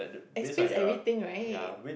explains everything right